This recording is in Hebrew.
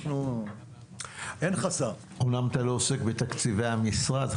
אנחנו --- אומנם אתה לא עוסק בתקציבי המשרד,